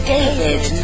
David